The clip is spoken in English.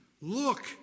look